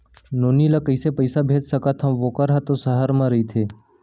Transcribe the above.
नोनी ल कइसे पइसा भेज सकथव वोकर हा त सहर म रइथे?